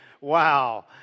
wow